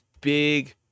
big